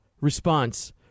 response